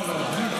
לא, לא.